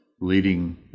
leading